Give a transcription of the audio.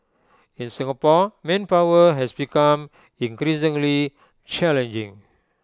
in Singapore manpower has become increasingly challenging